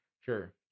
Sure